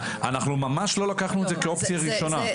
אנחנו ממש לא לקחנו את זה כאופציה ראשונה.